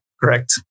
Correct